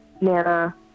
Nana